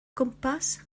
gwmpas